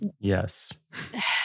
yes